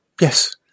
yes